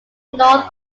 north